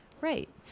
Right